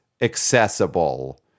accessible